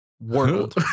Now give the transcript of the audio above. world